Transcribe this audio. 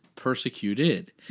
persecuted